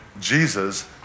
Jesus